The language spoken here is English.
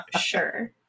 Sure